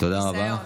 תודה רבה.